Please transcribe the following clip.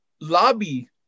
lobby